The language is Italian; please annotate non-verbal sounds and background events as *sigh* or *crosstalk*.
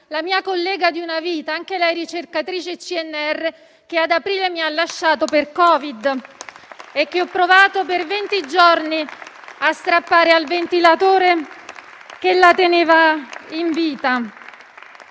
la mia collega di una vita, anche lei ricercatrice al CNR, che ad aprile mi ha lasciato per Covid *applause* e che ho provato per venti giorni a strappare al ventilatore che la teneva in vita.